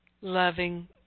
loving